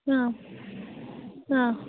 हा हा